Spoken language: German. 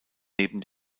neben